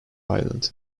island